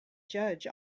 judge